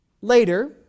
Later